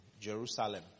Jerusalem